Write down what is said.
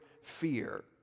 fear